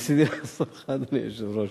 ניסיתי לעזור לך, אדוני היושב-ראש.